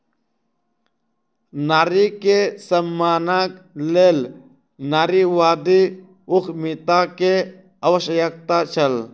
नारी के सम्मानक लेल नारीवादी उद्यमिता के आवश्यकता छल